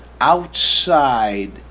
outside